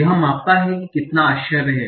यह मापता है कि कितना आश्चर्य है